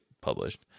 published